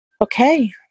Okay